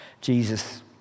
Jesus